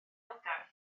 elgan